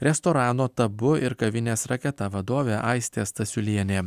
restorano tabu ir kavinės raketa vadovė aistė stasiulienė